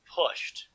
pushed